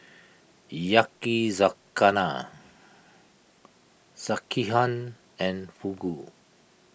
Yakizakana Sekihan and Fugu